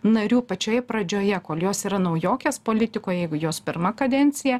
narių pačioje pradžioje kol jos yra naujokės politikoj jeigu jos pirma kadencija